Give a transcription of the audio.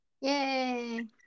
yay